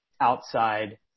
outside